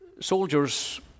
Soldiers